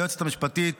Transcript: ליועצת המשפטית